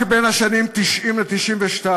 רק בין השנים 1990 ו-1992,